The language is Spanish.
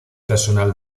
personal